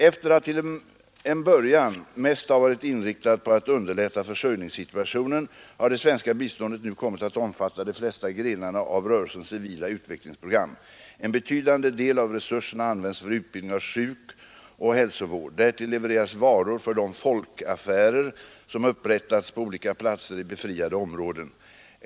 Efter att till en början mest ha varit inriktat på att underlätta försörjningssituationen har det svenska biståndet nu kommit att omfatta de flesta grenarna av rörelsens civila utvecklingsprogram. En betydande del av resurserna används för utbildning av sjukoch hälsovård. Därtill levereras varor för de folkaffärer, som upprättats på olika platser i befriade områden.